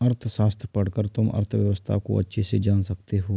अर्थशास्त्र पढ़कर तुम अर्थव्यवस्था को अच्छे से जान सकते हो